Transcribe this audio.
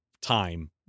time